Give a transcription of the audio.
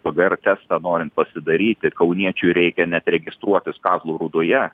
pgr testą norint pasidaryti kauniečiui reikia net registruotis kazlų rūdoje